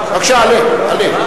בבקשה, עלה.